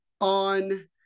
on –